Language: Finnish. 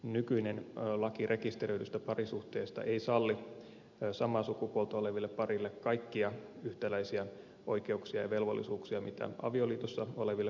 nykyinen laki rekisteröidystä parisuhteesta ei salli samaa sukupuolta olevalle parille kaikkia yhtäläisiä oikeuksia ja velvollisuuksia mitä avioliitossa oleville pareille kuuluu